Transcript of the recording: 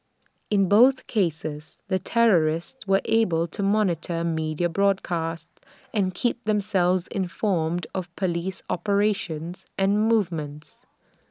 in both cases the terrorists were able to monitor media broadcasts and keep themselves informed of Police operations and movements